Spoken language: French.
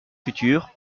futurs